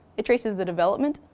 it traces the development,